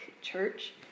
church